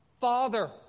Father